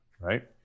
right